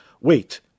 Wait